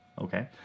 Okay